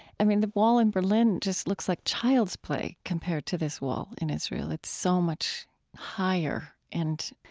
i mean, the wall in berlin just looks like child's play compared to this wall in israel. it's so much higher and,